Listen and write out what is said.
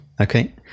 Okay